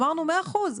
ואמרנו 100 אחוז,